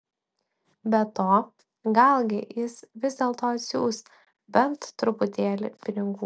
be to galgi jis vis dėlto atsiųs bent truputėlį pinigų